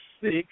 six